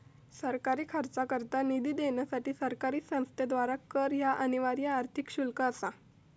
सरकारी खर्चाकरता निधी देण्यासाठी सरकारी संस्थेद्वारा कर ह्या अनिवार्य आर्थिक शुल्क असा